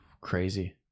Crazy